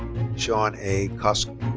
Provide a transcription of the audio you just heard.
sean a. coskuner.